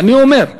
ואני אומר,